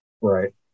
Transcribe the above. Right